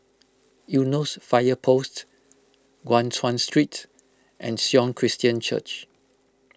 Eunos Fire Post Guan Chuan Street and Sion Christian Church